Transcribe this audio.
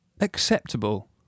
Acceptable